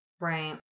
Right